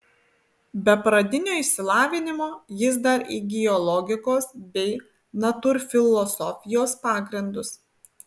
be pradinio išsilavinimo jis dar įgijo logikos bei natūrfilosofijos pagrindus